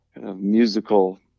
musical